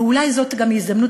אולי זאת גם הזדמנות,